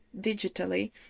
digitally